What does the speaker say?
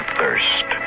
thirst